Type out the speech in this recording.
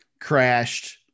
crashed